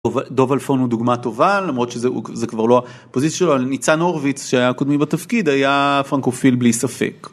דוב אלפון הוא דוגמא טובה, למרות שזה כבר לא הפוזיציה שלו, אבל ניצן הורוביץ שהיה קודמי בתפקיד היה פרנקופיל בלי ספק.